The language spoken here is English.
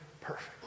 perfect